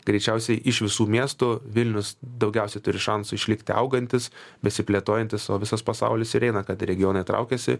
greičiausiai iš visų miestų vilnius daugiausiai turi šansų išlikti augantis besiplėtojantis o visas pasaulis ir eina kad regionai traukiasi